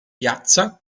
piazza